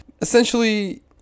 essentially